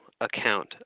account